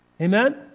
Amen